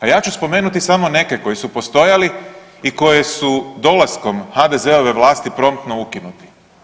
A ja ću spomenuti samo neke koji su postojali i koji su dolaskom HDZ-ove vlasti promptno ukinuti.